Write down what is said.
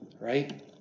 right